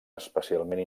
especialment